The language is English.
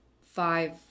five